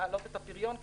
להעלות את הפריון,